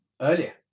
earlier